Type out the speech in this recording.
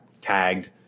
tagged